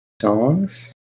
songs